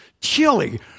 chili